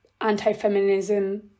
anti-feminism